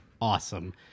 awesome